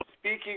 speaking